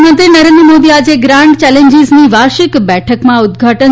પ્રધાનમંત્રી નરેન્દ્ર મોદી આજે ગ્રાન્ડ ચેલેન્જીસની વાર્ષિક બેઠકના ઉદ્દઘાટન